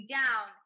down